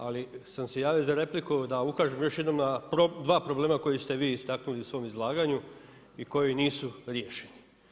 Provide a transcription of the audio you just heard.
Ali sam se javio za repliku da ukažem još jednom na dva problema koji ste vi istaknuli u svom izlaganju i koji nisu riješeni.